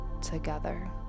together